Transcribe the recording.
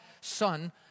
Son